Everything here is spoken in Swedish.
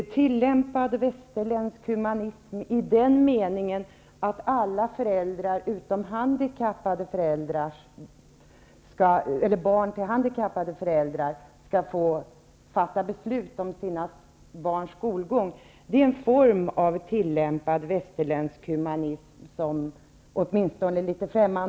Tillämpad västerländsk humanism i den meningen att alla föräldrar utom handikappade barns föräldrar skall få fatta beslut om sina barns skolgång är litet främmande åtminstone för mig.